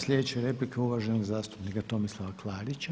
Sljedeća replika je uvaženog zastupnika Tomislava Klarića.